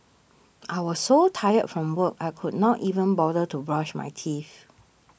I was so tired from work I could not even bother to brush my teeth